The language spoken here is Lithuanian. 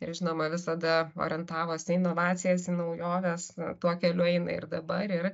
ir žinoma visada orientavosi į inovacijas naujoves tuo keliu eina ir dabar ir